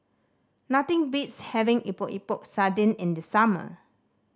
nothing beats having Epok Epok Sardin in the summer